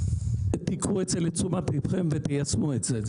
קחו את זה לתשומת ליבכם ותיישמו את זה.